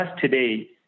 today